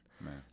Man